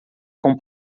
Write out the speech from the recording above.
com